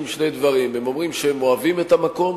שני דברים: הם אומרים שהם אוהבים את המקום,